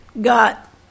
got